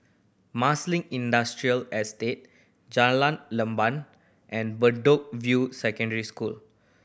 Marsiling Industrial Estate Jalan Leban and Bedok View Secondary School